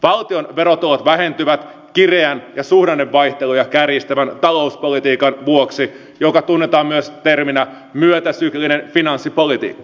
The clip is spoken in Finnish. valtion verotulot vähentyvät kireän ja suhdannevaihteluja kärjistävän talouspolitiikan vuoksi joka tunnetaan myös terminä myötäsyklinen finanssipolitiikka